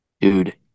Dude